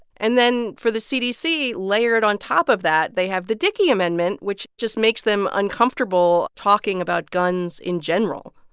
and then for the cdc, layered on top of that, they have the dickey amendment, which just makes them uncomfortable talking about guns in general.